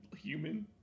human